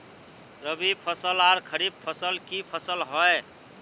रवि फसल आर खरीफ फसल की फसल होय?